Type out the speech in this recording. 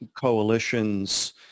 coalitions